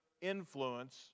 influence